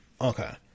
Okay